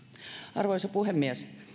arvoisa puhemies